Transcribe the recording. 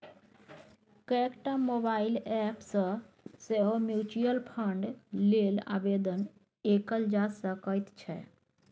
कएकटा mobile app सँ सेहो म्यूचुअल फंड लेल आवेदन कएल जा सकैत छै